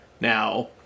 now